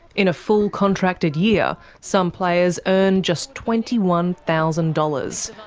in a full contracted year some players earn just twenty one thousand dollars,